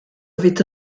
avaient